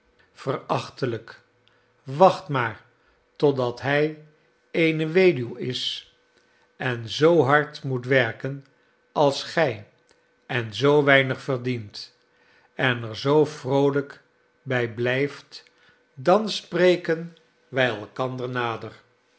achtelijk wacht maar totdat hij eene weduw is en zoo hard moet werken als gij en zoo weinig verdient en er zoo vroolijk by blijft dan spreken wij elkander nader